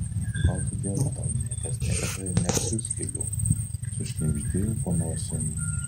gal todėl tau niekas niekada ir neatsiųs gėlių sušnibždėjau po nosim